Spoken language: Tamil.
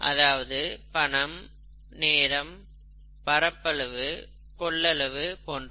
அதாவது பணம் நேரம் பரப்பளவு கொள்ளளவு போன்றவை